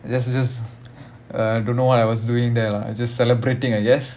just this uh I don't know what I was doing there lah I just celebrating I guess